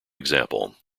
example